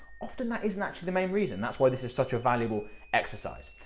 often that isn't actually the main reason. that's why this is such a valuable exercise.